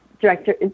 director